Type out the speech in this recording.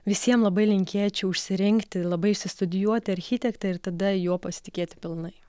visiem labai linkėčiau išsirinkti labai išsistudijuoti architektą ir tada juo pasitikėti pilnai